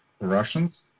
russians